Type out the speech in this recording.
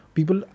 People